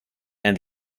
and